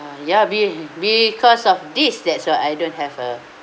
ya be because of this that's why I don't have a